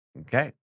Okay